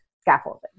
scaffolding